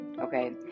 okay